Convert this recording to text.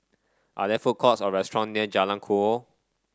are there food courts or restaurant near Jalan Kukoh